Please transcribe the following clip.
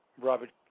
Robert